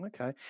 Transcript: Okay